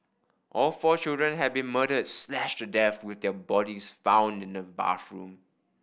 all four children had been murdered slashed to death with their bodies found in the bathroom